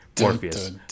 Morpheus